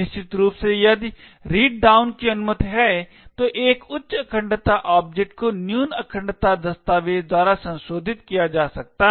निश्चित रूप से यदि read down की अनुमति है तो एक उच्च अखंडता ऑब्जेक्ट को न्यून अखंडता दस्तावेज़ द्वारा संशोधित किया जा सकता है